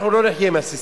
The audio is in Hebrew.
אנחנו לא נחיה עם ססמאות.